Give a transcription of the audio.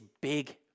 big